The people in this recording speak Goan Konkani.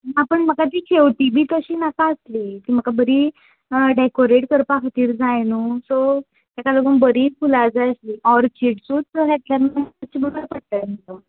आ पण म्हाका तीं शेंवतीं बी तशीं नाका आसलीं तीं म्हाका बरीं डॅकोरेट करपा खातीर जाय न्हू सो ताका लागून बरीं फुलां जाय आसलीं ऑर्चिड्सूच तहें घेतल्या मुगो मातशें बरें पडटा न्ही गो